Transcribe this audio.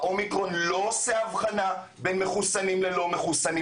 האומיקרון לא עושה הבחנה בין מחוסנים ללא מחוסנים.